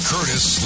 Curtis